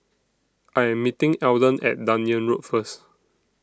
I Am meeting Alden At Dunearn Road First